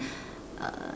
uh